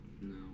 No